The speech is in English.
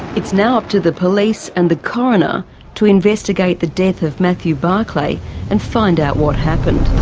it's now up to the police and the coroner to investigate the death of matthew barclay and find out what happened.